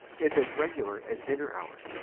is as regular as dinner hour.